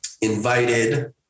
invited